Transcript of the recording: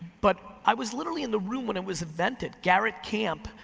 but i was literally in the room when it was invented. garrett camp,